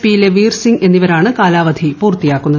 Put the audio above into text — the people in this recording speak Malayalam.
പിയിലെ വീർ സിങ് എന്നിവരാണ് കാലാവധി പൂർത്തിയാക്കുന്നത്